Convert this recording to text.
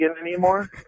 anymore